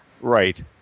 Right